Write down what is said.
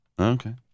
Okay